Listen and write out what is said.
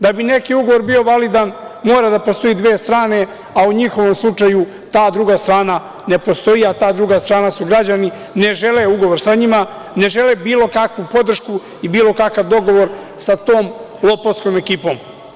Da bi neki ugovor bio validan moraju da postoje dve strane, a u njihovom slučaju ta druga strana ne postoji, a ta druga strana su građani, ne žele ugovor sa njima, ne žele bilo kakvu podršku i bilo kakav dogovor sa tom lopovskom ekipom.